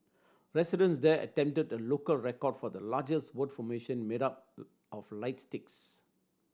residents there attempted a local record for the largest word formation made up of lights sticks